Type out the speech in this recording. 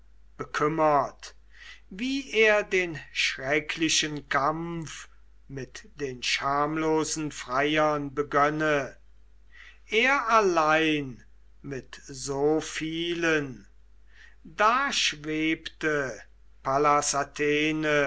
bekümmert wie er den schrecklichen kampf mit den schamlosen freiern begönne er allein mit so vielen da schwebete pallas